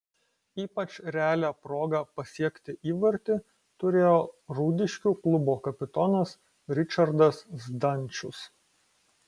ypač realią progą pasiekti įvartį turėjo rūdiškių klubo kapitonas ričardas zdančius